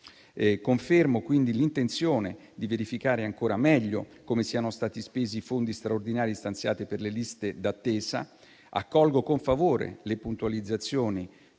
Confermo, quindi, l'intenzione di verificare ancora meglio come siano stati spesi i fondi straordinari stanziati per le liste d'attesa. Accolgo con favore le puntualizzazioni